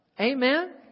Amen